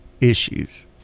issues